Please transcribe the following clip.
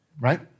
right